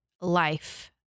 life